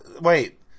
wait